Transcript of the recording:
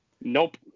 Nope